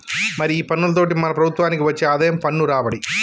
మరి ఈ పన్నులతోటి మన ప్రభుత్వనికి వచ్చే ఆదాయం పన్ను రాబడి